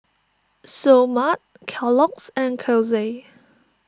Seoul Mart Kellogg's and Kose